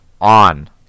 On